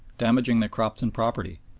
damaging their crops and property,